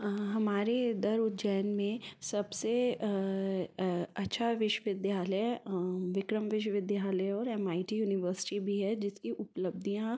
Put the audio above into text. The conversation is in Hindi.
हाँ हमारे इधर उज्जैन में सबसे अच्छा विश्वविद्यालय विक्रम विश्वविद्यालयऔर एम आई टी यूनिवर्सिटी भी है जिसकी उपलब्धियाँ